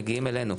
מגיעים אלינו,